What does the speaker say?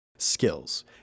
skills